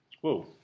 Whoa